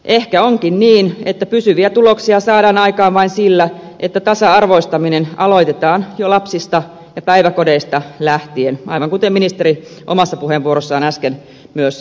ehkä onkin niin että pysyviä tuloksia saadaan aikaan vain sillä että tasa arvoistaminen aloitetaan jo lapsista ja päiväkodeista lähtien aivan kuten ministeri omassa puheenvuorossaan äsken myös totesi